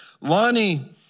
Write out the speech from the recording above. Lonnie